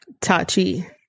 Tachi